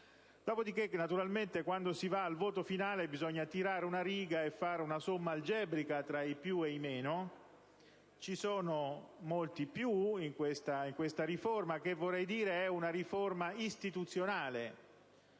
migliori. Naturalmente, quando poi si va al voto finale, bisogna tirare una riga e fare un somma algebrica tra i più e i meno. Ci sono molti più in questa riforma che, vorrei dire, è istituzionale: